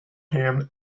him